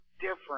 different